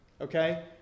Okay